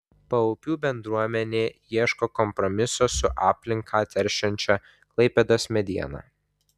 paupių bendruomenė ieško kompromiso su aplinką teršiančia klaipėdos mediena